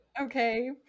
okay